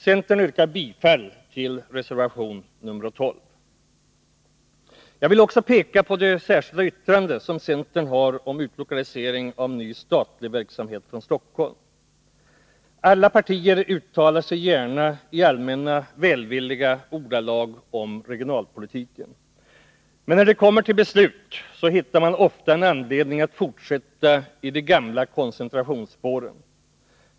Centern yrkar bifall till reservation 12. Jag vill också peka på det särskilda yttrandet från centern om lokalisering av ny statlig verksamhet till Stockholm. Alla partier uttalar sig gärna i allmänna, välvilliga ordalag om regionalpolitiken. Men när det kommer till beslut finner man ofta en anledning att fortsätta i de gamla koncentrationsspåren.